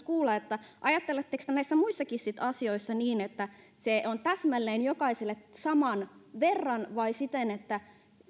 kuulla että ajatteletteko te näissä muissakin asioissa niin että se on täsmälleen jokaiselle saman verran vai siten että